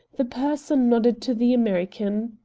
the purser nodded to the american.